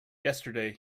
yesterday